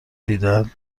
دیدهاند